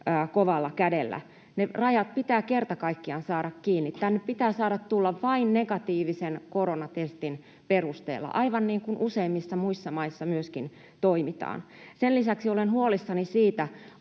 kovalla kädellä. Ne rajat pitää kerta kaikkiaan saada kiinni. Tänne pitää saada tulla vain negatiivisen koronatestin perusteella, aivan niin kuin useimmissa muissa maissa myöskin toimitaan. Sen lisäksi olen huolissani siitä,